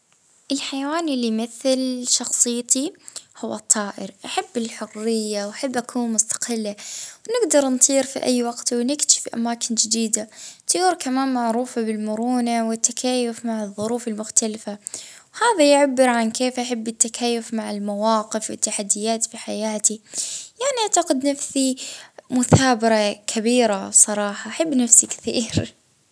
اه النسر على خاطر نحب الـالحرية ونسعى ديما للأعلى.